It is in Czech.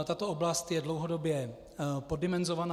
Tato oblast je dlouhodobě poddimenzovaná.